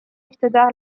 istuda